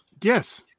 Yes